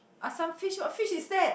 assam fish what fish is that